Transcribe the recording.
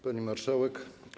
Pani Marszałek!